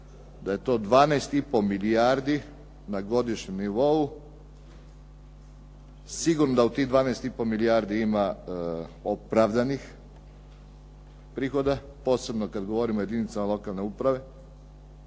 da je to 12,5 milijardi na godišnjem nivou. Sigurno da u tih 12,5 milijardi ima opravdanih prihoda, posebno kada govorim o jedinicama lokalne uprave,